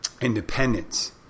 independence